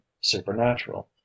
supernatural